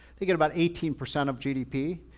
thinking about eighteen percent of gdp.